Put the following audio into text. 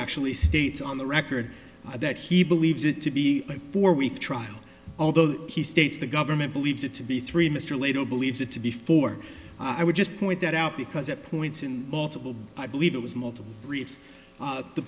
actually state on the record that he believes it to be a four week trial although he states the government believes it to be three mr later believes it to be for i would just point that out because it points in multiple i believe it was multiple reads the